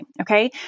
okay